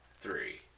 three